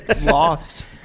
lost